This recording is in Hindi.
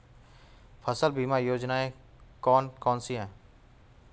फसल बीमा योजनाएँ कौन कौनसी हैं?